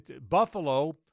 Buffalo